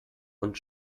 und